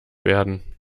werden